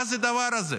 מה זה הדבר הזה?